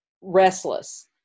restless